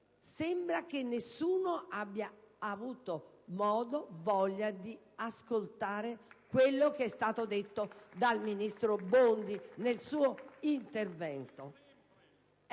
sembra che nessuno abbia avuto modo o voglia di ascoltare quello che è stato detto dal ministro Bondi nel suo intervento.